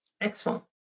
Excellent